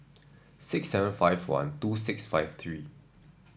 six seven five one two six five three